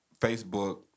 Facebook